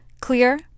clear